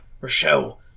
Rochelle